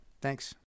Thanks